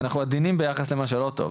ואנחנו עדינים ביחס למה שלא טוב,